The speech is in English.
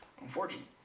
unfortunate